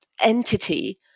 entity